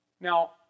Now